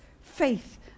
faith